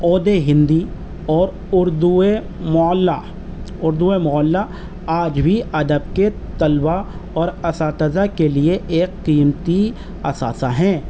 عود ہندی اور اردوئے معلی اردوئے معلی آج بھی ادب کے طلبہ اور اساتذہ کے لیے ایک قیمتی اثاثہ ہیں